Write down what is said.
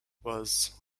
was